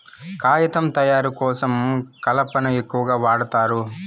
కాగితం తయారు కోసం కలపను ఎక్కువగా వాడుతారు